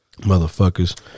Motherfuckers